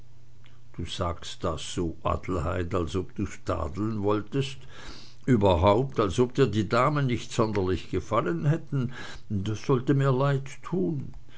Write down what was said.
du sagst das so adelheid als ob du's tadeln wolltest überhaupt als ob dir die damen nicht sonderlich gefallen hätten das sollte mir leid tun